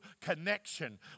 connection